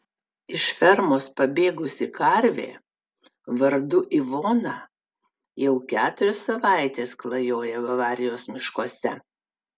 iš fermos pabėgusi karvė vardu ivona jau keturias savaites klajoja bavarijos miškuose